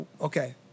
okay